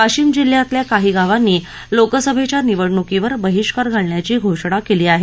वाशिम जिल्ह्यातल्या काही गावांनी लोकसभेच्या निवडणूकीवर बहिष्कार घालण्याची घोषणा केली आहे